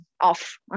off